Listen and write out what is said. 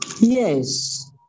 Yes